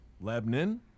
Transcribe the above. Lebanon